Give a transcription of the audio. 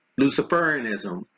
Luciferianism